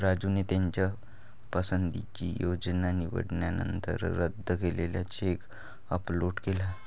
राजूने त्याच्या पसंतीची योजना निवडल्यानंतर रद्द केलेला चेक अपलोड केला